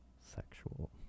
Sexual